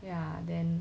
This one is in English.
ya then